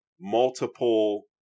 multiple